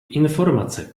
informace